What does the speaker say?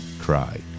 Cry